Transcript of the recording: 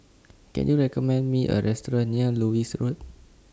Can YOU recommend Me A Restaurant near Lewis Road